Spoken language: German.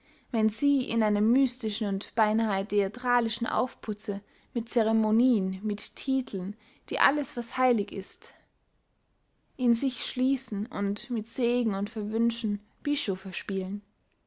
wenn sie in einem mystischen und beynahe theatralischen aufputze mit ceremonien mit titeln die alles was heilig ist in sich schliessen und mit segnen und verwünschen bischoffe spielen